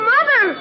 Mother